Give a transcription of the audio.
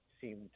seemed